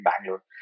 Bangalore